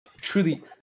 Truly